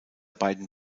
beiden